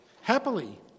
happily